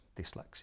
dyslexia